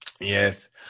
yes